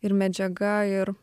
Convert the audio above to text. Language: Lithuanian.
ir medžiaga ir